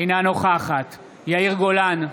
אינה נוכחת יאיר גולן,